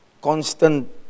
constant